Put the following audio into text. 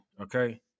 okay